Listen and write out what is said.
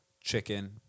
chicken